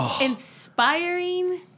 Inspiring